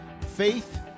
faith